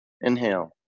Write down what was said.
Inhale